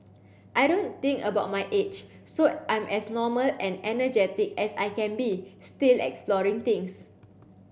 I don't think about my age so I'm as normal and energetic as I can be still exploring things